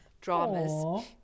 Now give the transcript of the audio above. dramas